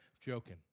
Joking